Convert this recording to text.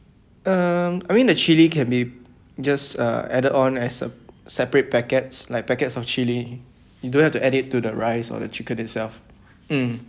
um I mean the chili can be just uh added on as a separate packets like packets of chili you don't have to add it to the rice or chicken itself mm